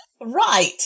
right